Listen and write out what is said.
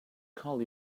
call